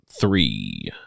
Three